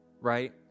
right